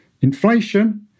inflation